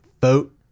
vote